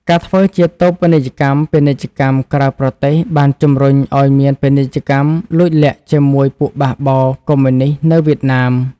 ការធ្វើជាតូបនីយកម្មពាណិជ្ជកម្មក្រៅប្រទេស បានជំរុញឲ្យមានពាណិជ្ជកម្មលួចលាក់ជាមួយពួកបេះបោរកុម្មុយនីស្តនៅវៀតណាម។